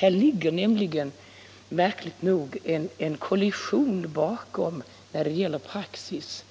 Det ligger nämligen en kollision bakom när det gäller praxis,